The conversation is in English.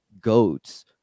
GOATs